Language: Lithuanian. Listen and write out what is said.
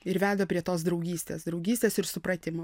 ir veda prie tos draugystės draugystės ir supratimo